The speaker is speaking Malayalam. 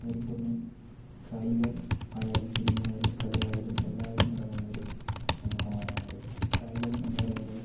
അതിൽ തന്നെ കായികമായാലും സിനിമയായാലും കലയായാലും എല്ലാവരും അടങ്ങുന്നൊരു സമൂഹമാണ് ഞങ്ങളുടേത് കായികം എന്ന് പറയുമ്പോൾ